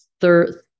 third